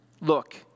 Look